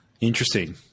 Interesting